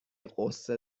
غصه